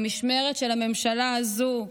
במשמרת של הממשלה הזו,